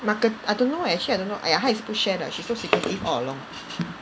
那个 I don't know eh actually I don't know !aiya! 她也是不 share 的 she's so secretive all along